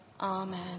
Amen